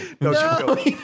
no